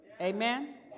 amen